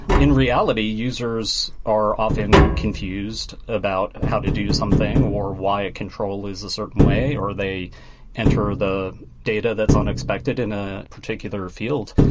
in reality, users are often confused about how to do something or why a control is a certain way, or they enter the data that's unexpected in a particular field.